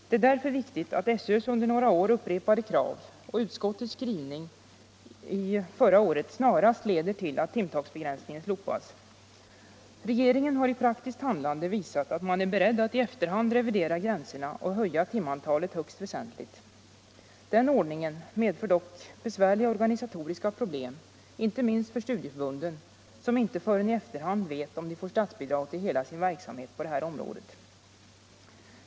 Det är därför viktigt att skolöverstyrelsens under några år upprepade krav och utskottets skrivning förra året snarast leder till att timtaksbegränsningen slopas. Regeringen har i praktiskt handlande visat att man är beredd att i efterhand revidera gränserna och höja timantalet högst väsentligt. Den ordningen medför dock besvärliga organisatoriska problem, inte minst för studieförbunden, som inte förrän i efterhand vet om de får statsbidrag till hela sin verksamhet på det här området.